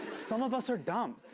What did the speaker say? some of us are dumb.